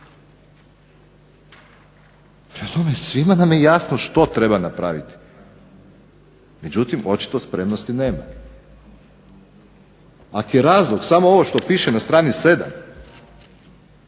Prema tome svima nam je jasno što treba napraviti, međutim očito spremnosti nema. Ako je razlog samo ovo što piše na strani 7